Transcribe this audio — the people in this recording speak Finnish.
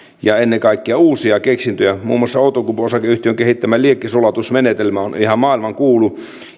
ja ennen kaikkea uusia keksintöjä muun muassa outokumpu oyn kehittämä liekkisulatusmenetelmä on ihan maailmankuulu